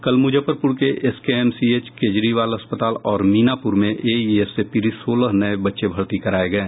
कल मुजफ्फरपुर के एसकेएमसीएच केजरीवाल अस्पताल और मीनापुर में एईएस से पीड़ित सोलह नये बच्चे भर्ती कराये गये